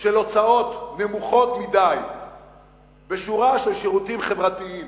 של הוצאות נמוכות מדי בשורה של שירותים חברתיים?